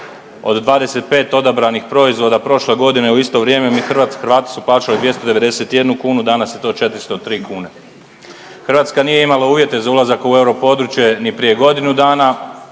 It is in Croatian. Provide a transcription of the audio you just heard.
Od 25 odabranih proizvoda prošle godine u isto vrijeme Hrvati su plaćali 291 kunu danas je to 403 kune. Hrvatska nije imala uvjete za ulazak u europodručje ni prije godinu dana,